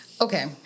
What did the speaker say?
Okay